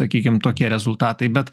sakykim tokie rezultatai bet